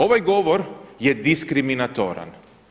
Ovaj govor je diskriminatoran.